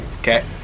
Okay